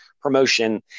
promotion